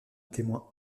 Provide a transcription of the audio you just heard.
témoin